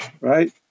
right